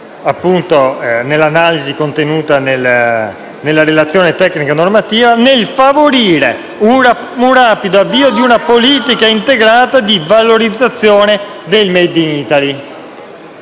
legge nell'analisi contenuta nella relazione tecnica normativa, nel favorire un rapido avvio di una politica integrata di valorizzazione del *made in Italy*.